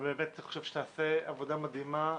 אני חושב שתעשה עבודה מדהימה.